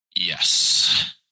Yes